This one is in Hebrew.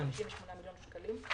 58 מיליון שקלים.